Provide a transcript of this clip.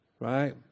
right